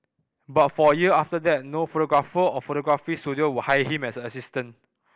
but for a year after that no photographer or photography studio would hire him as an assistant